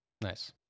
Nice